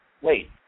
wait